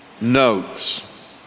notes